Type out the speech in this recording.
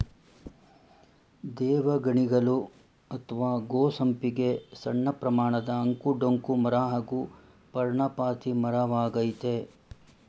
ದೇವಗಣಿಗಲು ಅತ್ವ ಗೋ ಸಂಪಿಗೆ ಸಣ್ಣಪ್ರಮಾಣದ ಅಂಕು ಡೊಂಕು ಮರ ಹಾಗೂ ಪರ್ಣಪಾತಿ ಮರವಾಗಯ್ತೆ